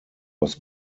was